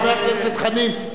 חבר הכנסת חנין.